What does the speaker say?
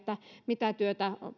mitä työtä